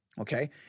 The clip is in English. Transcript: Okay